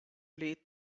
late